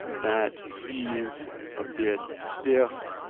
that he is a bit stiff,